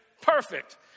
Perfect